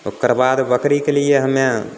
ओकर बाद बकरीके लिए हमे